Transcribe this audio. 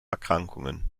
erkrankungen